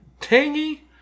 tangy